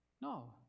No